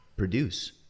produce